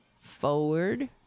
Forward